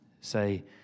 say